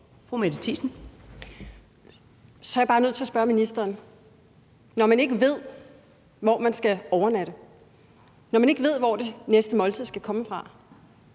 Så er jeg bare nødt til at spørge ministeren: Når man ikke ved, hvor man skal overnatte, når man ikke ved, hvor det næste måltid skal komme fra,